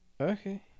Okay